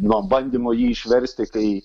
nuo bandymo jį išversti kai